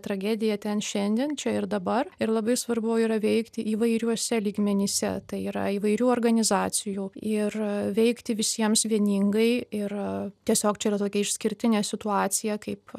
tragediją ten šiandien čia ir dabar ir labai svarbu yra veikti įvairiuose lygmenyse tai yra įvairių organizacijų ir veikti visiems vieningai ir tiesiog čia yra tokia išskirtinė situacija kaip